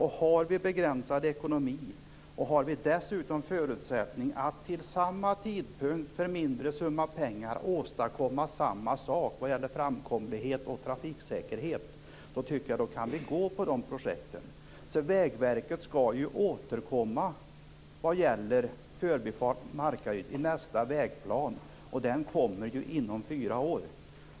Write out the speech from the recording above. Har vi begränsad ekonomi, och har vi dessutom förutsättningar att till samma tidpunkt för en mindre summa pengar åstadkomma samma sak vad gäller framkomlighet och trafiksäkerhet, tycker jag att vi kan gå på de projekten. Vägverket skall ju återkomma vad gäller förbifart Markaryd i nästa vägplan, och den kommer inom fyra år.